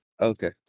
okay